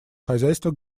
хозяйства